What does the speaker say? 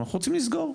אנחנו רוצים לסגור,